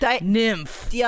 Nymph